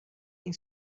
این